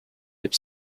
kept